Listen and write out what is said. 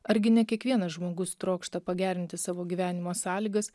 argi ne kiekvienas žmogus trokšta pagerinti savo gyvenimo sąlygas